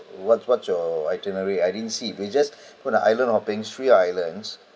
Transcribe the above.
what's what's your itinerary I didn't see we just put the island hopping three islands